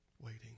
Waiting